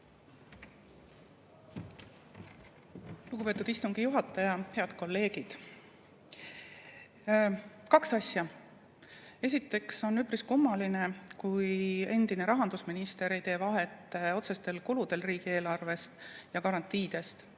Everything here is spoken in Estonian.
Lugupeetud istungi juhataja! Head kolleegid! Kaks asja. Esiteks on üpris kummaline, kui endine rahandusminister ei tee vahet otsestel kuludel, [mida tehakse] riigieelarvest, ja garantiidel.